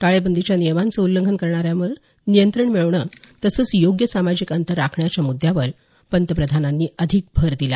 टाळेबंदीच्या नियमांचं उल्लंघन करणाऱ्यांवर नियंत्रण मिळवणं तसंच योग्य सामाजिक अंतर राखण्याच्या मुद्यावर पंतप्रधानांनी अधिक भर दिला